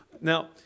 Now